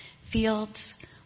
fields